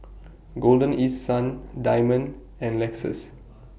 Golden East Sun Diamond and Lexus